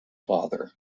father